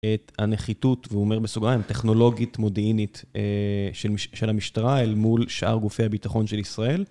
את הנחיתות, ואומר בסוגריים, טכנולוגית מודיעינית של המשטרה אל מול שאר גופי הביטחון של ישראל.